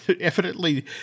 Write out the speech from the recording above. evidently